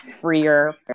freer